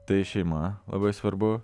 tai šeima labai svarbu